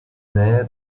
nähe